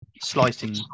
slicing